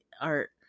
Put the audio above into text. art